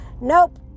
Nope